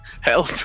help